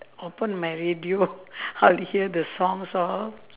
open my radio how to hear the songs all